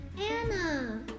Anna